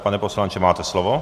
Pane poslanče, máte slovo.